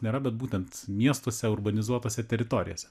nėra bet būtent miestuose urbanizuotose teritorijose